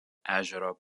ežero